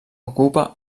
ocupa